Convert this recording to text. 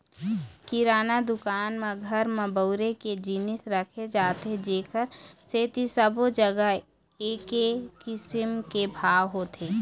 किराना दुकान म घर म बउरे के जिनिस राखे जाथे जेखर सेती सब्बो जघा एके किसम के भाव होथे